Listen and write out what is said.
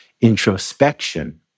introspection